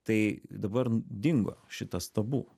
tai dabar dingo šitas tabu